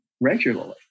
regularly